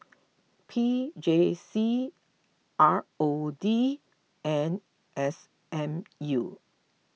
P J C R O D and S M U